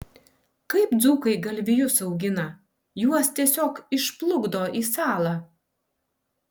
kaip dzūkai galvijus augina juos tiesiog išplukdo į salą